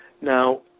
Now